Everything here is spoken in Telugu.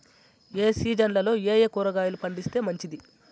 ఏ సీజన్లలో ఏయే కూరగాయలు పండిస్తే మంచిది